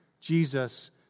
Jesus